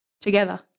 together